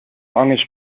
longest